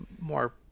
more